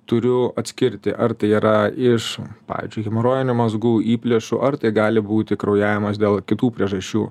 turiu atskirti ar tai yra iš pavyzdžiui hemorojinių mazgų įplėšų ar tai gali būti kraujavimas dėl kitų priežasčių